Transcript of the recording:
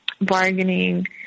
bargaining